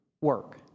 work